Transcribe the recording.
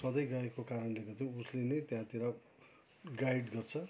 सधैँ गएको कारणले गर्दा उसले नै त्यहाँतिर गाइड गर्छ